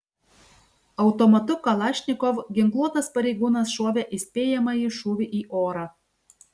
automatu kalašnikov ginkluotas pareigūnas šovė įspėjamąjį šūvį į orą